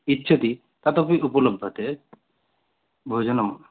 इच्छति तत् अपि उपलभ्यते भोजनम्